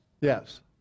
yes